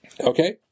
Okay